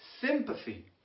sympathy